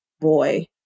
boy